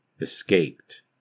escaped